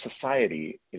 society